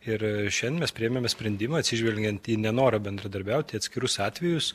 ir šiandien mes priėmėme sprendimą atsižvelgiant į nenorą bendradarbiauti atskirus atvejus